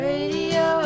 Radio